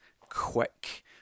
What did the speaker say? quick